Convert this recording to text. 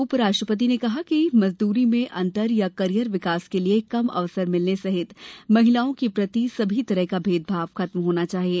उप राष्ट्रपति ने कहा कि मजदूरी में अंतर या करियर विकास के लिए कम अवसर मिलने सहित महिलाओं के प्रति सभी तरह का भेदभाव खत्म होना चाहिए